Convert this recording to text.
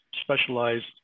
specialized